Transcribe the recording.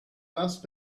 last